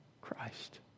Christ